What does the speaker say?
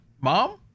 mom